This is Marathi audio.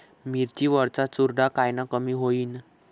मिरची वरचा चुरडा कायनं कमी होईन?